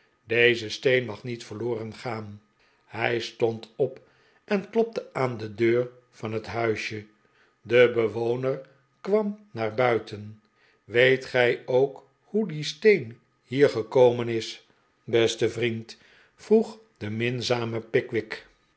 deze steen mag nietverloren gaan hij stond op en klopte aan de deur van het huisje de bewoner kwam naar buiten weet gij ook hoe die steen hier gekomen is beste vriend vroeg de minzame pickwick